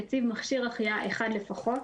יציב מכשיר החייאה אחד לפחות,